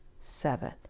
seven